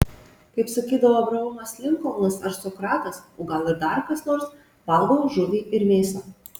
kaip sakydavo abraomas linkolnas ar sokratas o gal ir dar kas nors valgau žuvį ir mėsą